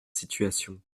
situation